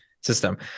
system